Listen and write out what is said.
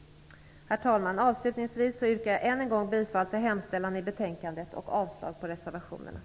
Herr talman! Avslutningsvis yrkar jag än en gång bifall till hemställan i betänkandet och avslag på reservationerna.